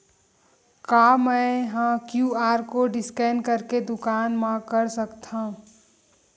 का मैं ह क्यू.आर कोड स्कैन करके दुकान मा कर सकथव?